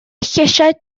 llysiau